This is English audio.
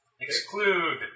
Exclude